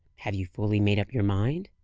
have you fully made up your mind?